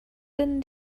denn